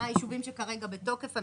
אולי באמת הגיע הזמן לעשות הוראת קבע.